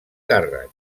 càrrec